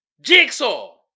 Jigsaw